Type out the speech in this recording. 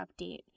update